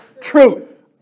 Truth